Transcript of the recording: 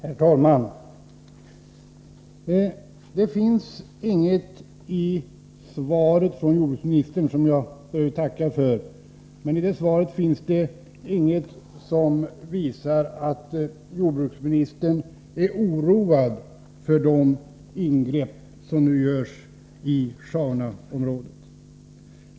Herr talman! Det finns inget i svaret — som jag f. ö. tackar för — som visar att jordbruksministern är oroad för de ingrepp som nu görs i Sjaunjaområdet.